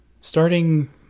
starting